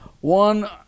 one